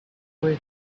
was